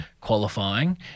qualifying